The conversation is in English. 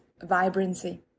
vibrancy